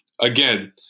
again